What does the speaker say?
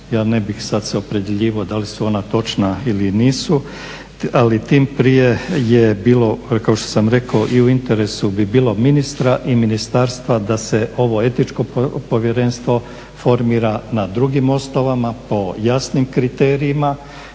Ja ne bih sad se opredjeljivao da li su ona točna ili nisu, ali tim prije je bilo kao što sam rekao i u interesu bi bilo ministra i ministarstva da se ovo Etičko povjerenstvo formira na drugim osnovama po jasnim kriterijima